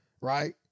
right